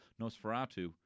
Nosferatu